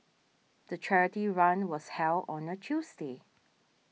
the charity run was held on a Tuesday